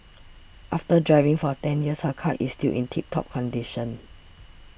after driving for ten years her car is still in tip top condition